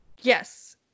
Yes